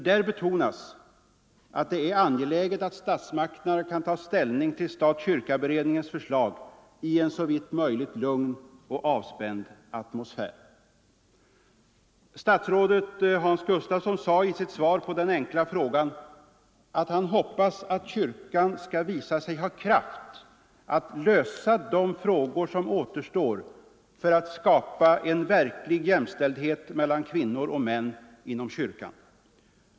Där betonas att det är angeläget att statsmakterna kan ta ställning till stat-kyrka-beredningens förslag i en såvitt möjligt lugn och avspänd atmosfär. Statsrådet Hans Gustafsson sade i sitt svar på den enkla frågan att han hoppas, att kyrkan skall visa sig ha kraft att lösa de problem som återstår för att skapa en verklig jämställdhet mellan kvinnor och män inom kyrkan.